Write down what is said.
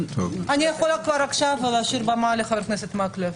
אני יכולה כבר עכשיו להשאיר במה לחבר הכנסת מקלב,